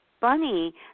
bunny